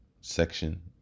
section